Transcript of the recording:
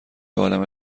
عالمه